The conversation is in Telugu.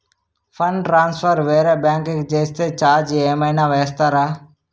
ఫండ్ ట్రాన్సఫర్ వేరే బ్యాంకు కి చేస్తే ఛార్జ్ ఏమైనా వేస్తారా?